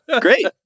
Great